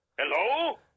Hello